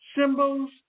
symbols